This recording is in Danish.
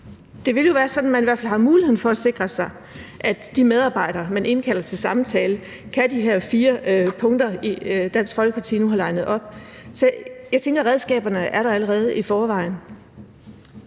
jo vil være sådan, at man i hvert fald har muligheden for at sikre sig, at de medarbejdere, man indkalder til samtale, kan de her fire punkter, Dansk Folkeparti nu har linet op. Så jeg tænker, at redskaberne allerede er der i forvejen.